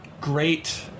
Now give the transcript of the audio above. great